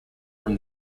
from